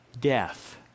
death